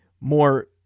more